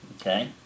okay